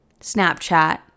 Snapchat